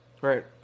right